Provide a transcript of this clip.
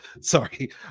sorry